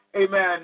amen